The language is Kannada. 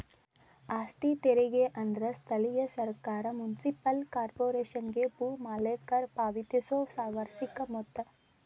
ಆಸ್ತಿ ತೆರಿಗೆ ಅಂದ್ರ ಸ್ಥಳೇಯ ಸರ್ಕಾರ ಮುನ್ಸಿಪಲ್ ಕಾರ್ಪೊರೇಶನ್ಗೆ ಭೂ ಮಾಲೇಕರ ಪಾವತಿಸೊ ವಾರ್ಷಿಕ ಮೊತ್ತ